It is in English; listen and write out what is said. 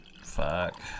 fuck